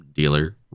Dealer